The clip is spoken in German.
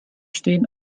stehen